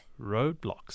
Roadblocks